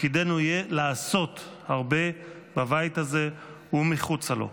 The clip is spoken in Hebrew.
תפקידנו יהיה לעשות הרבה בבית הזה ומחוצה לו.